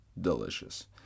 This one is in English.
delicious